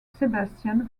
sebastian